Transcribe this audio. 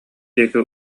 диэки